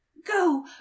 go